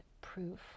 proof